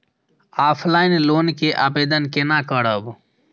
Offline loan के आवेदन केना करब?